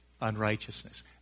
unrighteousness